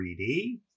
3D